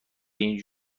این